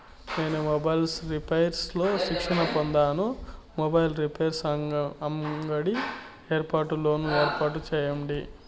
నేను mobiles repairs లో శిక్షణ పొందాను, మొబైల్ రిపైర్స్ అంగడి ఏర్పాటుకు లోను ఏర్పాటు సేయండి?